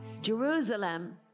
jerusalem